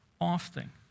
often